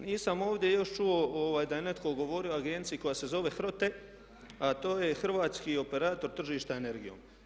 Nisam ovdje još čuo da je netko govorio o agenciji koja se zove HROTE a to je Hrvatski operator tržišta energijom.